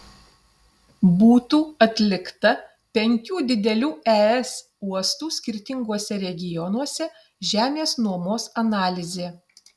būtų atlikta penkių didelių es uostų skirtinguose regionuose žemės nuomos analizė